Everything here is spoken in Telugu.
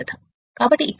కాబట్టి ఇక్కడ ఇది S17